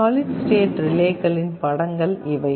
solid state ரிலேக்களின் படங்கள் இவை